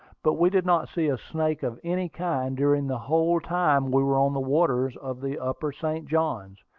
but we did not see a snake of any kind during the whole time we were on the waters of the upper st. johns.